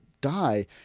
die